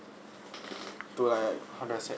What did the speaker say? to like how do I say